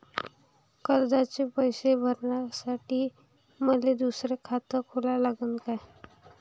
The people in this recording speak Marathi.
कर्जाचे पैसे भरासाठी मले दुसरे खाते खोला लागन का?